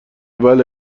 بله